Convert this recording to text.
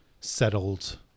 settled